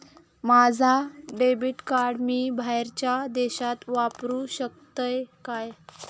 माझा debit card मी बाहेरच्या देशात वापरू शकतय काय?